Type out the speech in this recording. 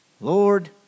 Lord